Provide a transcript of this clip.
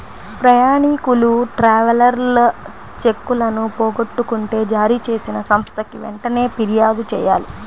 ప్రయాణీకులు ట్రావెలర్స్ చెక్కులను పోగొట్టుకుంటే జారీచేసిన సంస్థకి వెంటనే పిర్యాదు చెయ్యాలి